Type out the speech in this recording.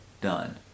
done